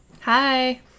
Hi